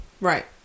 Right